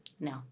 No